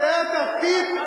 אתה תקבע אותו?